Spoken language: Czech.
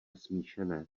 smíšené